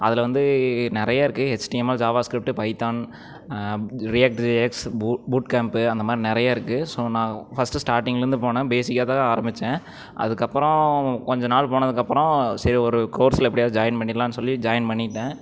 அதில் வந்து நிறைய இருக்குது HTML JavaScript Python reactor X பூ பூட் கேம்ப்பு அந்த மாதிரி நிறையா இருக்குது ஸோ நான் ஃபர்ஸ்டு ஸ்டார்டிங்லேருந்து போன பேஸிக்காக தான் ஆரம்பித்தேன் அதுக்கப்புறம் கொஞ்ச நாள் போனதுக்கப்புறம் சரி ஒரு கோர்ஸ்சில் எப்படியாவது ஜாயின் பண்ணிடலான்னு சொல்லி ஜாயின் பண்ணிவிட்டேன்